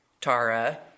Tara